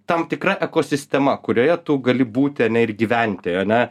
tam tikra ekosistema kurioje tu gali būti ane ir gyventi ane